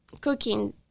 cooking